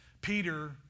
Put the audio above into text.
Peter